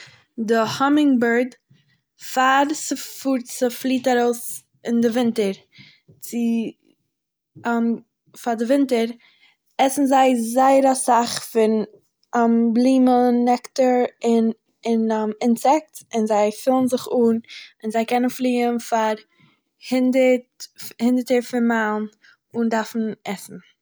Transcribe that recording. די האמינג בירד פאר ס'פארט, ספליט ארויס אין די ווינטער, צו... פאר די ווינטער עסן זיי זייער אסאך פון בלימען נעקטאר און און אינסעקט'ס און זיי פילן זיך אן און זיי קענען פליען פאר הונדערט הונדערטע מייל אן דארפן עסן.